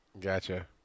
Gotcha